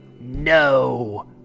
No